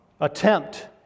Attempt